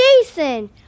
Jason